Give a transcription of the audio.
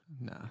Nah